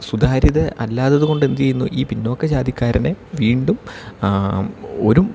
സുതാര്യത അല്ലാത്തത് കൊണ്ട് എന്ത് ചെയ്യുന്നു ഈ പിന്നോക്ക ജാതിക്കാരനെ വീണ്ടും ഒരു